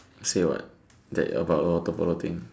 say what that about your portfolio thing